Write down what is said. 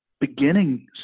beginning